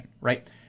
right